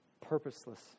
purposeless